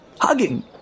hugging